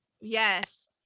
Yes